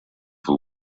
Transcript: for